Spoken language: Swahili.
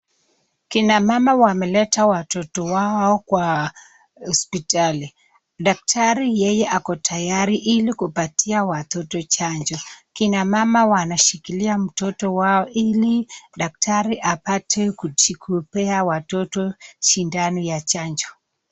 Kina mama wameleta watoto wao hapa kwa hospitali. Daktari yeye ako tayari ili kupatia watoto chanjo. Kina mama wanashikilia watoto wao ili daktari apate kupea watoto sindano ya chanjo.